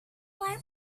why